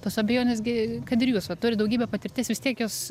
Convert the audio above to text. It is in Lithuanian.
tos abejonės gi kad ir jūs va turit daugybę patirties vis tiek jos